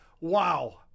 Wow